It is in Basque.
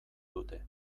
dute